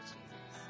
Jesus